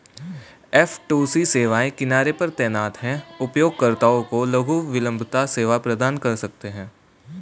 F two C सेवाएं किनारे पर तैनात हैं, उपयोगकर्ताओं को लघु विलंबता सेवा प्रदान कर सकते हैं